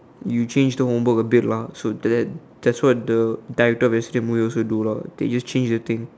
you change the homework a bit lah so that that's what the director of yesterday's movie also do lah they just change the thing